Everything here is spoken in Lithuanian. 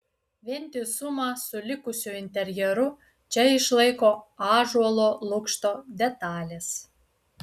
vientisumą su likusiu interjeru čia išlaiko ąžuolo lukšto detalės